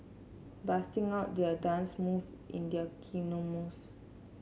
busting out their dance move in their